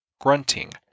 grunting